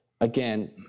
again